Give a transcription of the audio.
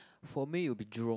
for me will be Jurong